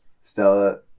Stella